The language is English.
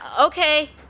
okay